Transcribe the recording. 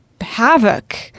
havoc